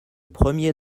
premier